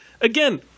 again